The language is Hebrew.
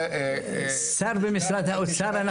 שר במשרד האוצר,